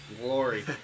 glory